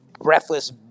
breathless